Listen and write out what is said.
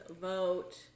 vote